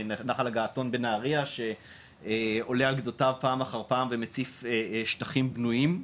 נחל הגעתון בנהריה שעולה על גדותיו פעם אחר פעם ומציף שטחים בנויים.